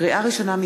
לקריאה ראשונה,